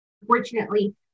unfortunately